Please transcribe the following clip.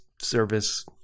service